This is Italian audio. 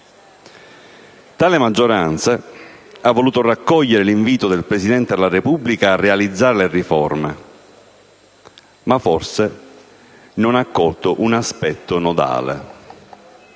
Tale maggioranza ha voluto raccogliere l'invito del Presidente della Repubblica a realizzare le riforme, ma forse non ha colto un aspetto nodale.